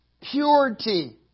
Purity